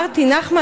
אני מבלה